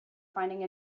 finding